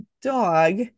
dog